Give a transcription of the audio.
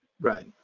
Right